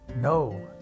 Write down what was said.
No